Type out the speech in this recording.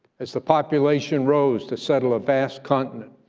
as the population rose to settle a vast continent,